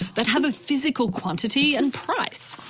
that have a physical quantity and price.